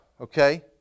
okay